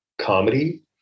comedy